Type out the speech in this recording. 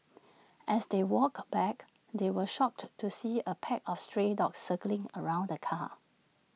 as they walked back they were shocked to see A pack of stray dogs circling around the car